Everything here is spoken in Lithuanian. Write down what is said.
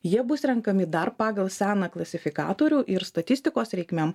jie bus renkami dar pagal seną klasifikatorių ir statistikos reikmėm